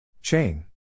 Chain